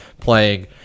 playing